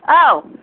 औ